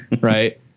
right